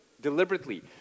deliberately